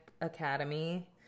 Academy